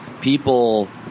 people